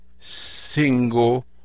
single